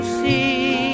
see